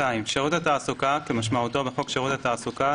(2)שירות התעסוקה כמשמעותו בחוק שירות התעסוקה,